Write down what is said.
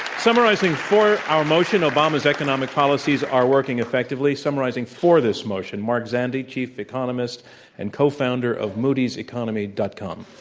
summarizing for our motion, obama's economic policies are working effectively, summarizing for this motion, mark zandi, chief economist and co-founder of moody's economy. com. com.